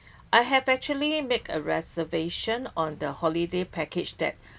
I have actually made a reservation on the holiday package that